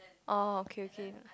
orh okay okay